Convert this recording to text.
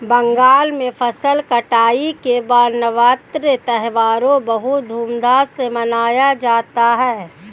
बंगाल में फसल कटाई के बाद नवान्न त्यौहार बहुत धूमधाम से मनाया जाता है